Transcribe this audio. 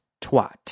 Twat